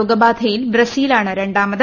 രോഗബാധയിൽ ബ്രസീലാണ് രണ്ടാമത്